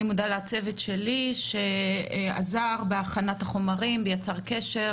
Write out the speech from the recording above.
אני מודה לצוות שלי שעזר בהכנת החומרים ויצר קשר,